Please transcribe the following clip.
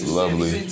lovely